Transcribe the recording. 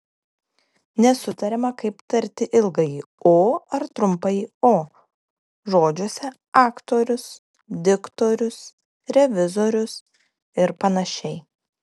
nesutariama kaip tarti ilgąjį o ar trumpąjį o žodžiuose aktorius diktorius revizorius ir panašiai